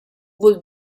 vul